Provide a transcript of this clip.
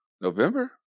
November